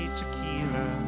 tequila